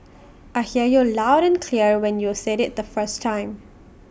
I heard you loud and clear when you said IT the first time